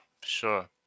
Sure